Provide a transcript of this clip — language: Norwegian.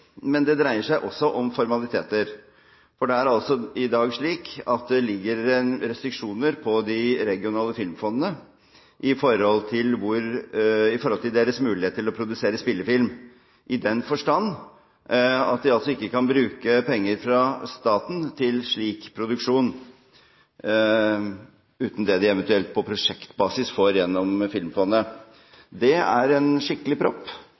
men det dreier seg også om formaliteter. Det er i dag slik at det ligger restriksjoner på de regionale filmfondene i forhold til deres mulighet til å produsere spillefilm, i den forstand at de ikke kan bruke penger fra staten til slik produksjon, uten det de eventuelt får på prosjektbasis gjennom Filmfondet. Det er en skikkelig